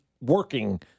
working